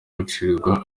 bicirwa